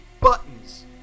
buttons